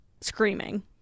screaming